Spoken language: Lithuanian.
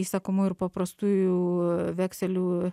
įsakomųjų ir paprastųjų vekselių